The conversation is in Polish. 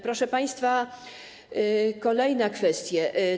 Proszę państwa, kolejne kwestie.